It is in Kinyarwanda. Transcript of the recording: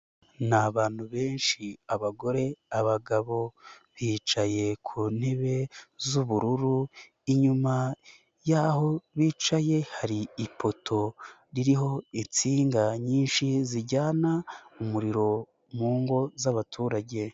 Ni abantu benshi abagore, abagabo, bicaye ku ntebe z'ubururu, inyuma y'aho bicaye hari ipoto ririho insinga nyinshi zijyana umuriro mu ngo z'abaturage.